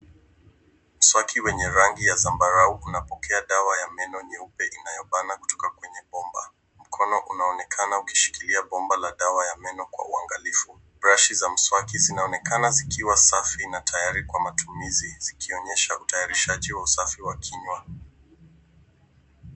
Mswaki yenye rangi ya zambarau unapokea dawa ya meno nyeupe inayobana kutoka kwenye bomba. Mkono unaonekana ukishikilia bomba la dawa ya meno kwa uangalifu. Brushi za mswaki zinaonekana zikiwa safi na tayari kwa matumizi zikionyesha utayarishaji wa usafi wa kinywa.